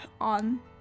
on